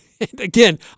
Again